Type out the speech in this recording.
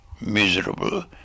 miserable